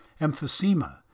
emphysema